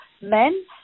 men